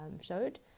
showed